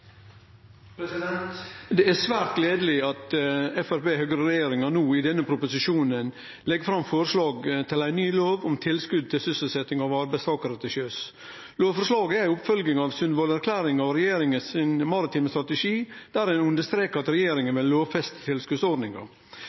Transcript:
Det er svært gledeleg at Høgre–Framstegsparti-regjeringa i denne proposisjonen no legg fram forslag til ein ny lov om tilskot til sysselsetjing av arbeidstakarar til sjøs. Lovforslaget er ei oppfølging av Sundvolden-erklæringa og den maritime strategien til regjeringa, der ein understrekar at regjeringa vil lovfeste tilskotsordninga.